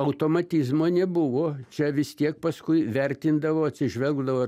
automatizmo nebuvo čia vis tiek paskui vertindavo atsižvelgdavo